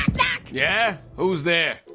knock. yeah, who's there?